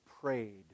prayed